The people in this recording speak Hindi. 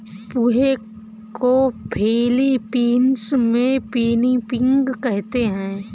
पोहे को फ़िलीपीन्स में पिनीपिग कहते हैं